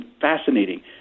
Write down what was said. fascinating